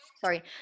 sorry